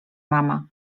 mama